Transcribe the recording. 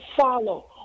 follow